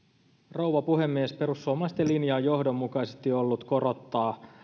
rouva puhemies perussuomalaisten linja on johdonmukaisesti ollut korottaa